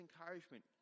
encouragement